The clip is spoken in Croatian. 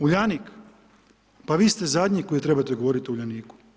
Uljanik, pa vi ste zadnji koji trebate govoriti o Uljaniku.